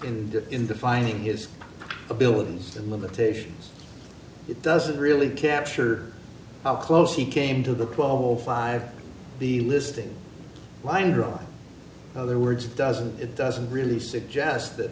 ended in defining his abilities and limitations it doesn't really capture how close he came to the call five the listing line drawn other words doesn't it doesn't really suggest that